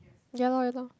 ya lor ya lor